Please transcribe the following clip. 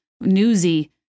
newsy